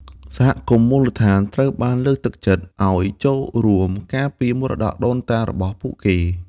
សហគមន៍មូលដ្ឋានត្រូវបានលើកទឹកចិត្តឱ្យចូលរួមការពារមរតកដូនតារបស់ពួកគេ។